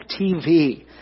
TV